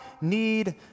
need